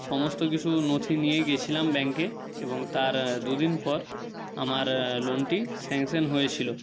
সমস্ত কিছু নথি নিয়ে গেছিলাম ব্যাঙ্কে এবং তার দু দিন পর আমার লোনটি স্যাংসান হয়েছিলো